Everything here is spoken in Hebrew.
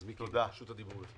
אז, מיקי, רשות הדיבור אליך.